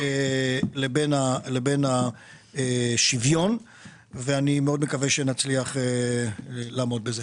לבין שוויון שצריך לעשות ואני מאוד מקווה שנצליח לעמוד בו.